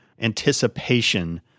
anticipation